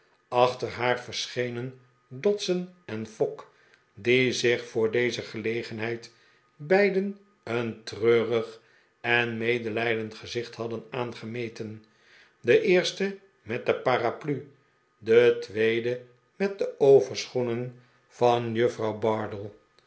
achter haar verr schehen dodson en fogg die zich voor deze gelegenheid beiden een treurig en medelijdend gezicht hadden aangemeten de eerste met de paraplu de tweede met de overschoehen van juffrouw bardell